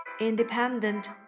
Independent